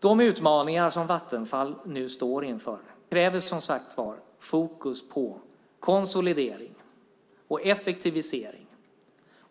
De utmaningar som Vattenfall nu står inför kräver, som sagt, fokus på konsolidering och effektivisering